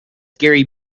gary